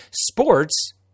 sports